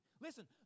Listen